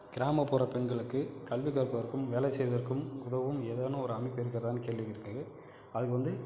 கிராமப்புற பெண்களுக்கு கல்வி கற்பதற்கும் வேலை செய்வதற்கும் உதவும் ஏதேனும் ஒரு அமைப்பு இருக்கிறதான்னு கேள்வி இருக்குது அதுக்கு வந்து